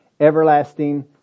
Everlasting